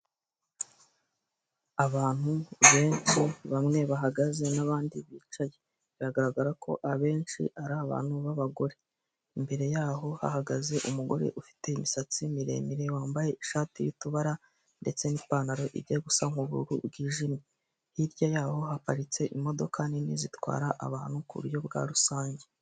Abantu benshi bamwe bahagaze n'abandi bicaye, biragaragara ko abenshi ari abantu babagore, imbere y'aho hahagaze umugore ufite imisatsi miremire wambaye ishati y'utubara ndetse ni'pantalo ijya gusa nk'ubururu bwijimye, hirya y'aho haparitse imodoka nini zitwara abantu ku buryo bwa rusange.